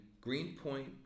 Greenpoint